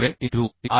square into E